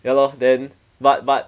ya lor then but but